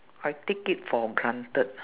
I take it for granted